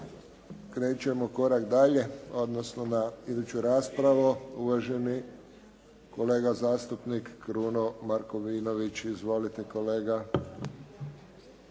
Krećemo korak dalje, odnosno na iduću raspravu. Uvaženi kolega zastupnik Kruno Markovinović. Izvolite kolega.